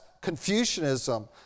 Confucianism